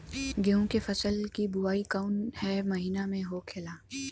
गेहूँ के फसल की बुवाई कौन हैं महीना में होखेला?